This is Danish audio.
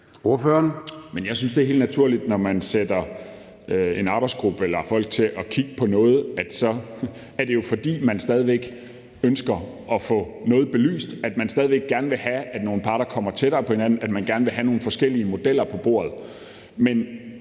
Jeg synes, det er helt naturligt, at når man sætter en arbejdsgruppe eller folk til at kigge på noget, så er det jo, fordi man stadig væk ønsker at få noget belyst, at man stadig væk gerne vil have, at nogle parter kommer tættere på hinanden, at man gerne vil have nogle forskellige modeller på bordet.